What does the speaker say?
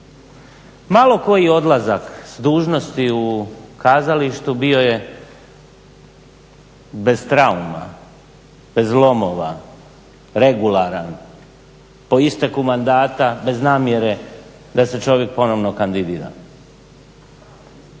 Malo koji odlazak s dužnosti u kazalištu, tu bio je bez trauma, bez lomova, regularan, po isteku mandata bez namjere da se čovjek ponovo kandidira.